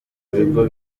bigo